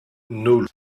nul